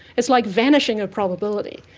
it's like vanishing a probability.